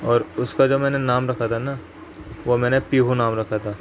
اور اس کا جو میں نے نام رکھا تھا نا وہ میں نے پیہو نام رکھا تھا